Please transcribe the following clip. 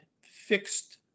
fixed